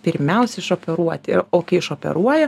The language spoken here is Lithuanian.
pirmiausia išoperuoti ir o kai iš operuoja